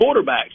quarterbacks